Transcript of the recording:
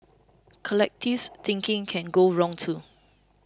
collectivist thinking can go wrong too